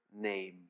name